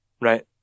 Right